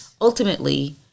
ultimately